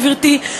גברתי,